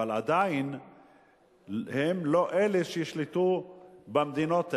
אבל עדיין הן לא אלה שישלטו במדינות האלה.